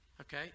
okay